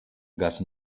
gas